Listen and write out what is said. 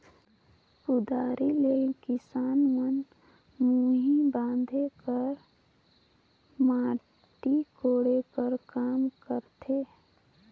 कुदारी ले किसान मन मुही बांधे कर, माटी कोड़े कर काम करथे